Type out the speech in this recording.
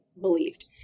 believed